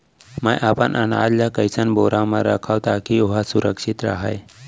मैं अपन अनाज ला कइसन बोरा म रखव ताकी ओहा सुरक्षित राहय?